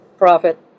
profit